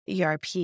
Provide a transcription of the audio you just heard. ERP